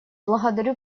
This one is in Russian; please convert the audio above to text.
благодарю